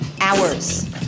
hours